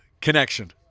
Connection